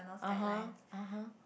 (uh huh) (uh huh)